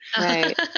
Right